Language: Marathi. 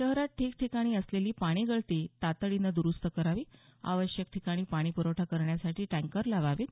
शहरात ठिकठिकाणी असलेली पाणी गळती तातडीनं दुरूस्त करावी आवश्यक ठिकाणी पाणी प्रवठा करण्यासाठी टँकर लावावीत